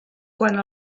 quan